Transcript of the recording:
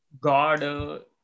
God